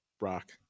rock